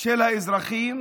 של האזרחים.